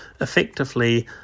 effectively